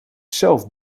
zelf